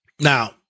Now